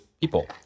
people